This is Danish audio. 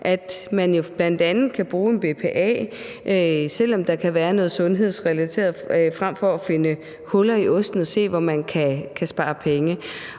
at man jo bl.a. kan bruge en BPA, selv om der kan være noget sundhedsrelateret, frem for at finde huller i osten og se, hvor man kan spare penge.